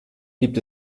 gibt